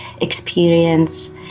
experience